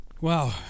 Wow